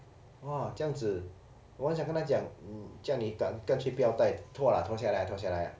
orh 这样子我很想跟他讲叫你敢干脆不要戴脱脱下来脱下来啦